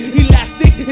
elastic